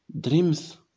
dreams